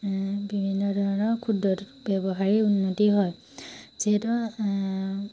বিভিন্ন ধৰণৰ ক্ষুদ্ৰ ব্যৱসায়ীৰ উন্নতি হয় যিহেতু